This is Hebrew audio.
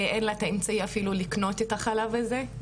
ואין לה את האמצעי אפילו לקנות את החלב הזה.